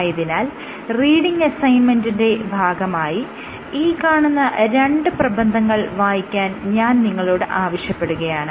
ആയതിനാൽ റീഡിങ് അസൈൻമെന്റിന്റെ ഭാഗമായി ഈ കാണുന്ന രണ്ട് പ്രബന്ധങ്ങൾ വായിക്കാൻ ഞാൻ നിങ്ങളോട് ആവശ്യപ്പെടുകയാണ്